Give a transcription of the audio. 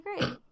great